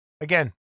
Again